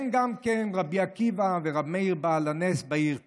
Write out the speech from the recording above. גם רבי עקיבא ורבי מאיר בעל הנס בעיר טבריה.